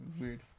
Weird